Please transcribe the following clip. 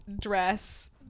dress